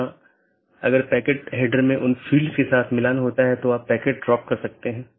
इसका मतलब है BGP कनेक्शन के लिए सभी संसाधनों को पुनःआवंटन किया जाता है